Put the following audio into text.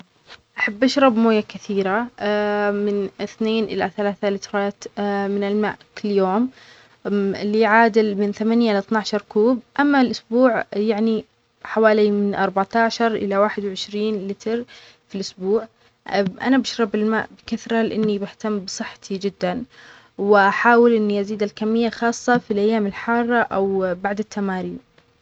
أحب أشرب موية كثيرة من اثنين إلى ثلاثه لترات من الماء كل يوم اللي يعادل من ثمانيه لاثناشركوب أما الأسبوع يعني حوالي من اربعتاشر لواحد وعشرين لتر في الأسبوع اب-أنا بشرب الماء بكثرة لأني بهتم بصحتي جداً وأحاول أني أزيد الكمية خاصة في الأيام الحارة أو بعد التمارين